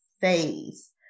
phase